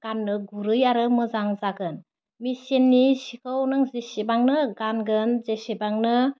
गान्नो गुरै आरो मोजां जागोन मिसिननि सिखौ नों जेसेबांनो गानगोन जेसेबांनो